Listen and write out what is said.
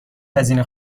هزینه